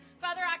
Father